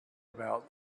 about